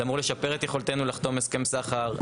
זה אמור לשפר את יכולתנו לחתום הסכם סחר.